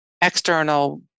external